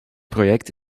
project